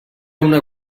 una